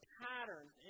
patterns